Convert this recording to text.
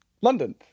London